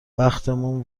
بختمون